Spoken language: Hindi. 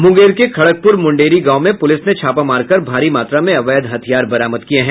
मुंगेर के खड़गपुर मुड़ेरी गांव में पुलिस ने छापा मारकर भारी मात्रा में अवैध हथियार बरामद किये हैं